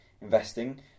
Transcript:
investing